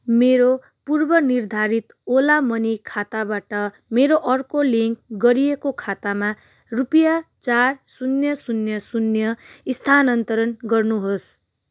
मेरो पूर्वनिर्धारित Ola Money खाताबाट मेरो अर्को लिङ्क गरिएको खातामा रुपियाँ चार शून्य शून्य शून्य स्थानान्तरण गर्नुहोस्